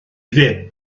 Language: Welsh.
ddim